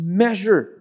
measure